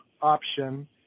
option